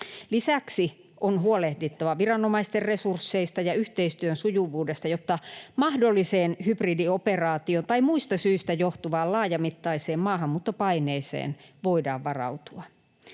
Lisäksi on huolehdittava viranomaisten resursseista ja yhteistyön sujuvuudesta, jotta mahdolliseen hybridioperaatioon tai muista syistä johtuvaan laajamittaiseen maahanmuuttopaineeseen voidaan varautua.